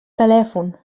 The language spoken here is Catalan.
telèfon